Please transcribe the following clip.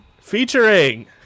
featuring